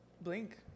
blink